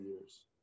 years